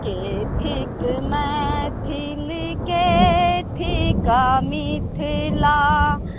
के थिक मैथिल के थिक मिथिला